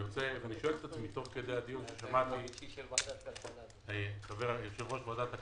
אני מקשיב לנציגי הענף ואני אומר לך אוני היושב-ראש,